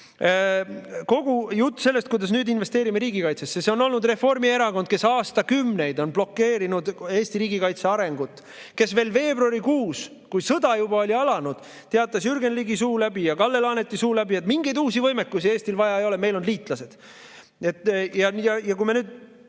Kogu see jutt sellest, kuidas nüüd investeerime riigikaitsesse – see on olnud Reformierakond, kes on aastakümneid blokeerinud Eesti riigikaitse arengut. Veel veebruarikuus, kui sõda oli juba alanud, teatati Jürgen Ligi ja Kalle Laaneti suu läbi, et mingeid uusi võimekusi Eestil vaja ei ole, sest meil on liitlased. Ja kui me seda